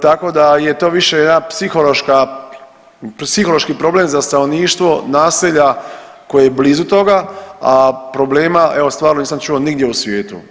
Tako da je to više jedna psihološka, psihološki problem za stanovništvo naselja koje je blizu toga, a problema evo stvarno nisam čuo nigdje u svijetu.